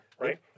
right